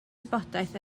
wybodaeth